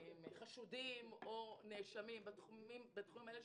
חשודים או נאשמים בתחומים האלה.